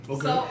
Okay